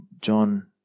John